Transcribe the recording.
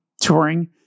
touring